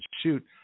shoot